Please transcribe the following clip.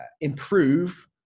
improve